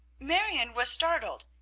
marion was startled.